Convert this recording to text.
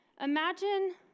imagine